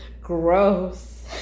gross